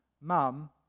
Mum